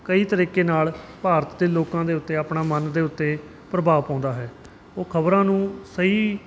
ਕਈ ਤਰੀਕੇ ਨਾਲ ਭਾਰਤ ਦੇ ਲੋਕਾਂ ਦੇ ਉੱਤੇ ਆਪਣਾ ਮਨ ਦੇ ਉੱਤੇ ਪ੍ਰਭਾਵ ਪਾਉਂਦਾ ਹੈ ਉਹ ਖ਼ਬਰਾਂ ਨੂੰ ਸਹੀ